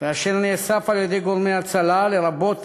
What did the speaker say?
ואשר נאסף על-ידי גורמי ההצלה, לרבות